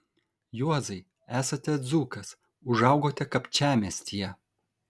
juozai esate dzūkas užaugote kapčiamiestyje